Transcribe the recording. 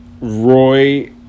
Roy